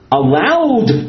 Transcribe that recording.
allowed